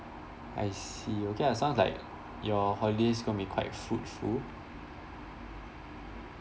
I see okay ah sounds like your holiday is going to be quite fruitful